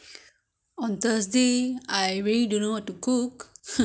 so I really don't know what to what you want to eat